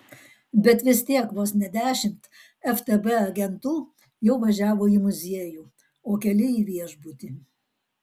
bet vis tiek vos ne dešimt ftb agentų jau važiavo į muziejų o keli į viešbutį